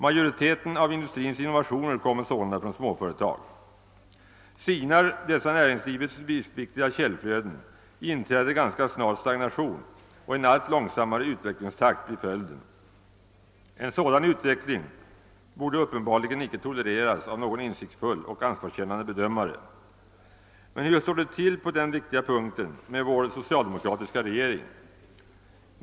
Majoriteten av industrins innovationer kommer sålunda från småföretag. Sinar dessa näringslivets livsviktiga källflöden, inträder ganska snart stagnation, och en allt långsammare utvecklingstakt blir följden. En sådan utveckling borde uppenbarligen icke tolereras av någon insiktsfull och ansvarskännande bedömare. Men hur står det på denna viktiga punkt till med vår socialdemokratiska regering?